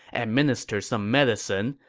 administer some medicine,